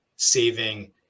saving